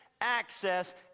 access